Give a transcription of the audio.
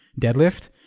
deadlift